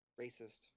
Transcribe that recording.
racist